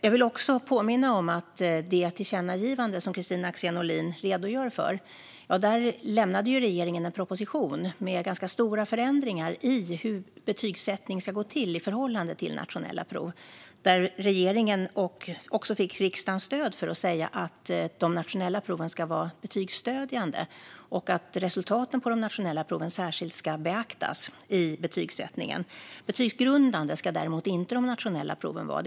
Jag vill också påminna om att när det gäller det tillkännagivande som Kristina Axén Olin redogör för lämnade regeringen en proposition med ganska stora förändringar i hur betygsättning ska gå till i förhållande till nationella prov, där regeringen också fick riksdagens stöd för att säga att de nationella proven ska vara betygsstödjande och att resultaten på de nationella proven särskilt ska beaktas i betygsättningen. Betygsgrundande ska däremot inte de nationella proven vara.